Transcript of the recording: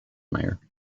mayor